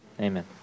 Amen